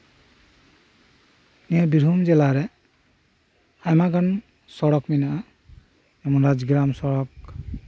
ᱱᱤᱭᱟᱹ ᱵᱤᱨᱵᱷᱩᱢ ᱡᱮᱞᱟᱨᱮ ᱟᱭᱢᱟᱜᱟᱱ ᱥᱚᱲᱚᱠ ᱦᱮᱱᱟᱜᱼᱟ ᱨᱟᱡᱽ ᱜᱨᱟᱢ ᱥᱚᱲᱚᱠ